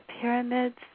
pyramids